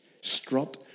strut